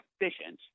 efficient